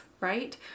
right